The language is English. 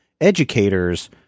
educators